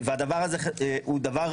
הדבר הזה חשוב.